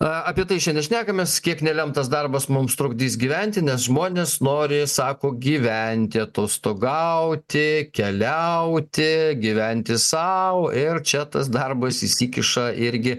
apie tai šiandien šnekamės kiek nelemtas darbas mums trukdys gyventi nes žmonės nori sako gyventi atostogauti keliauti gyventi sau ir čia tas darbas įsikiša irgi